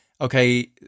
okay